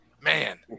Man